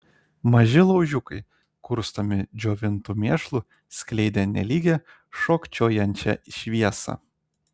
maži laužiukai kurstomi džiovintu mėšlu skleidė nelygią šokčiojančią šviesą